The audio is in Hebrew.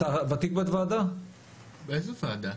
איזו ועדה?